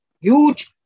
huge